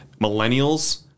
millennials